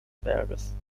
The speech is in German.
berges